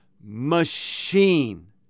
machine